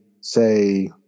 say